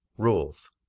rules